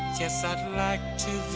yes i'd like